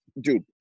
dude